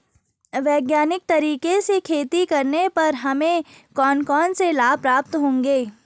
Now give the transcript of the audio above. वैज्ञानिक तरीके से खेती करने पर हमें कौन कौन से लाभ प्राप्त होंगे?